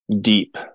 deep